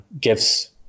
gives